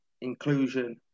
inclusion